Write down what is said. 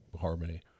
harmony